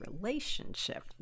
relationship